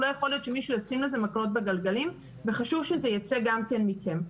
לא יכול להיות שמישהו ישים לזה מקלות בגלגלים וחשוב שזה יצא גם מכם.